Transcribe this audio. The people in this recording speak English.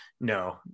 no